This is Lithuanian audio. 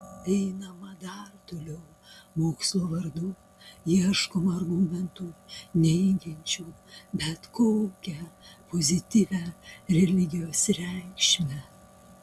einama dar toliau mokslo vardu ieškoma argumentų neigiančių bet kokią pozityvią religijos reikšmę